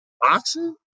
boxing